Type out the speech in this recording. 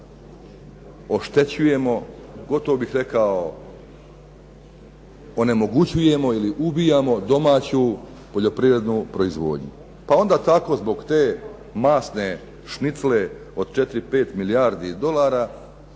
oštećujemo, gotovo bih rekao onemogućujemo ili ubijamo domaću poljoprivrednu proizvodnju. Pa onda tako zbog te masne šnicle od 4, 5 milijardi dolara